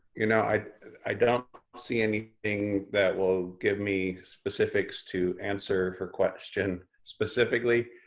you know i i don't see anything that will give me specifics to answer her question specifically.